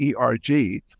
ERG